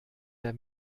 der